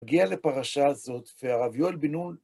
הגיע לפרשה הזאת, והרב יואל בן נון...